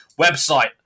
website